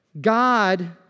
God